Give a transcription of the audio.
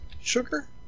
sugar